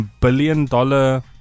billion-dollar